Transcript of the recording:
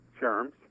germs